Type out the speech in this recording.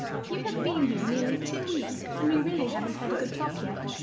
you have been here nearly two weeks and we really haven't had a good talk yet.